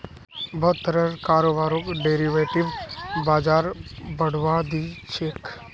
बहुत तरहर कारोबारक डेरिवेटिव बाजार बढ़ावा दी छेक